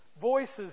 voices